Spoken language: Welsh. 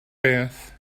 beth